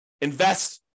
Invest